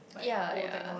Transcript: yea yea